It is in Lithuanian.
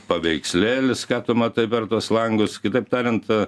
paveikslėlis ką tu matai per tuos langus kitaip tariant